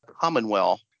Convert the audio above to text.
Commonwealth